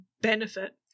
benefit